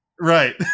Right